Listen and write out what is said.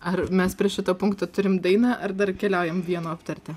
ar mes prie šito punkto turim dainą ar dar keliaujam vieno aptarti